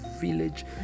village